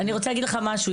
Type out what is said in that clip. אני רוצה להגיד לך משהו,